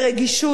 בתבונה,